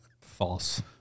False